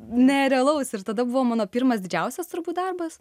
nerealaus ir tada buvo mano pirmas didžiausias turbūt darbas